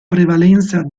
prevalenza